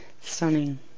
stunning